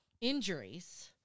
injuries